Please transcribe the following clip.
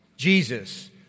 Jesus